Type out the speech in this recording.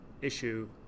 issue